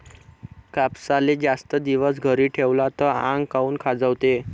कापसाले जास्त दिवस घरी ठेवला त आंग काऊन खाजवते?